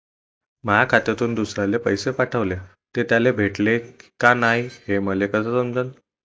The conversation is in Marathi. माया खात्यातून दुसऱ्याले पैसे पाठवले, ते त्याले भेटले का नाय हे मले कस समजन?